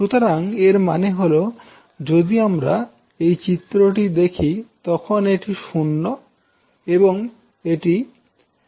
সুতরাং এর মানে হল যদি আমরা এই চিত্রটি দেখি তখন এটি 0 এবং এটি আবার 0 হবে